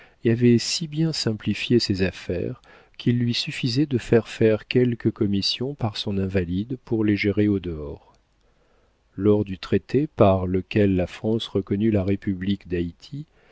avait si bien simplifié ses affaires qu'il lui suffisait de faire faire quelques commissions par son invalide pour les gérer au dehors lors du traité par lequel la france reconnut la république